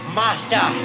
master